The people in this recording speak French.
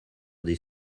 des